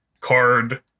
card